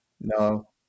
No